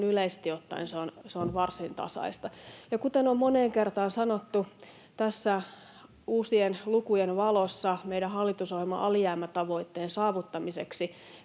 yleisesti ottaen se on varsin tasaista. Ja kuten on moneen kertaan sanottu, tässä uusien lukujen valossa meidän hallitusohjelmamme alijäämätavoitteen saavuttamiseksi